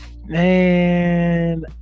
Man